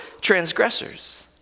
transgressors